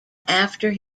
after